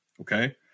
okay